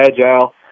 agile